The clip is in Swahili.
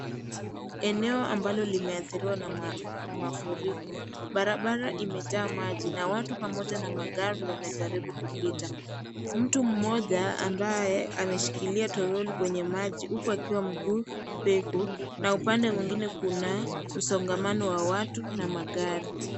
Eneo ambalo limeadhiriwa na mafuriko. Barabara imejaa maji na watu pamoja na magari wanajaribu kupita. Mtu mmoja ambaye ameshikilia troli kwenye maji huku akiwa mguu peku na upande mwingine kuna msongamano wa watu na magari.